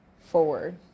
forward